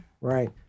Right